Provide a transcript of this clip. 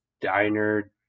diner